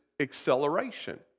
acceleration